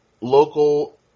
local